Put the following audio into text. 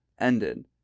ended